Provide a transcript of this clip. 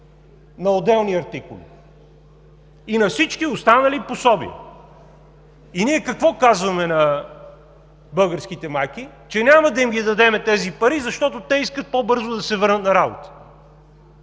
на отделни артикули и на всички останали пособия. И ние какво казваме на българските майки? Че няма да им дадем тези пари, защото те искат по-бързо да се върнат на работа.